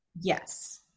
yes